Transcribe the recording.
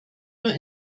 nur